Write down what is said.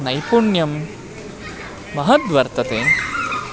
नैपुण्यं महद्वर्तते